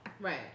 right